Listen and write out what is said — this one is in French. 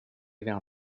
vers